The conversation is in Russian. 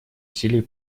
усилий